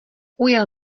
ujel